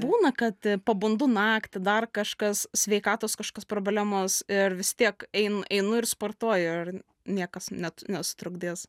būna kad pabundu naktį dar kažkas sveikatos kažkokios problemos ir vis tiek ein einu ir sportuoji ir niekas net nesutrukdys